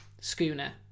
schooner